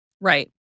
Right